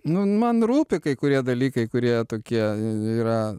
nu man rūpi kai kurie dalykai kurie tokie yra